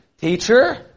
teacher